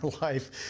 life